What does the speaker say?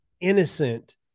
innocent